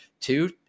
two